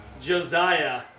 Josiah